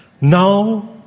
Now